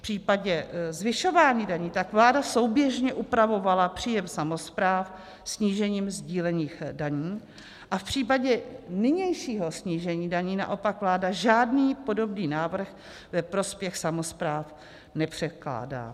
V případě zvyšování daní tak vláda souběžně upravovala příjem samospráv snížením sdílených daní a v případě nynějšího snížení daní naopak vláda žádný podobný návrh ve prospěch samospráv nepředkládá.